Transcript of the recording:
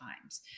times